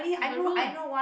maroon